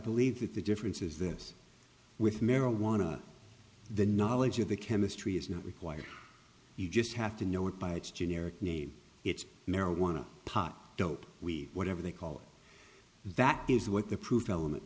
believe that the difference is this with marijuana the knowledge of the chemistry is not required you just have to know it by its generic name it's marijuana pot dope we whatever they call it that is what the proof element